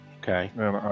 Okay